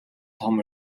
том